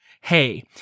hey